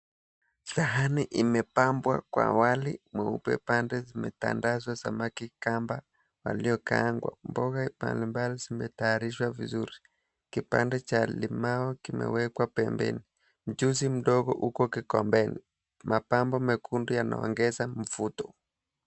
Sahani imepambea kwa wali mweupe. Pande zimetandazwa samaki kamba waliokaangwa. Mboga mbalimbali zimetayarishwa vizuri. Kipande cha limau kimewekwa pembeni. Mchuzi mdogo uko kikombeni. Mapambo mwekundu yanaongeza mvuto.